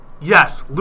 yes